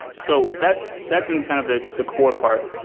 so that's that's and kind of the the core part.